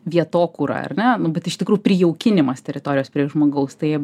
vietokūra ar ne nu bet iš tikrų prijaukinimas teritorijos prie žmogaus tai